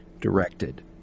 directed